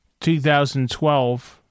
2012